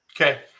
Okay